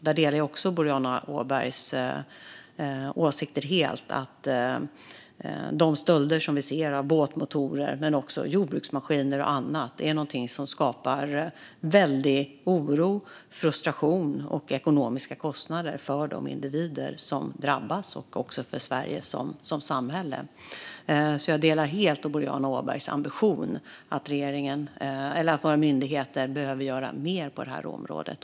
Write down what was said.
Jag delar helt Boriana Åbergs åsikter - de stölder som sker av båtmotorer, jordbruksmaskiner och annat skapar väldig oro, frustration och ekonomiska kostnader för de individer som drabbas och för Sverige som samhälle. Jag delar helt Boriana Åbergs ambition att se till att våra myndigheter gör mer på det här området.